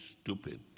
stupid